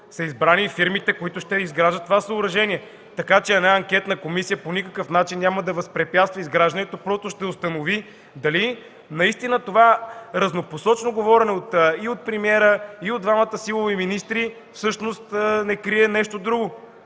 са избрани фирмите, които ще изграждат съоръжението. Една анкетна комисия по никакъв начин няма да възпрепятства изграждането – просто ще установи дали наистина това разнопосочно говорене от премиера и от двамата силови министри всъщност не крие нещо друго.